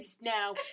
now